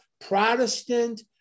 Protestant